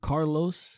Carlos